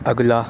اگلا